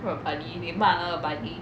quite funny they 骂那个 buddy